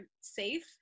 safe